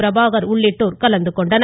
பிரபாகர் உள்ளிட்டோர் கலந்து கொண்டனர்